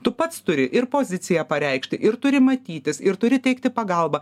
tu pats turi ir poziciją pareikšti ir turi matytis ir turi teikti pagalbą